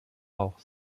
auch